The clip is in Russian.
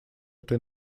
эту